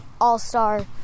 all-star